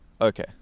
Okay